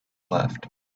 left